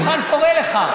הדוכן קורא לך.